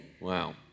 Wow